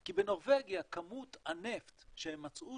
כי בנורבגיה כמות הנפט והגז שהם מצאו